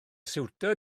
siwtio